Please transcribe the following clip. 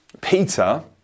Peter